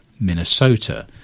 minnesota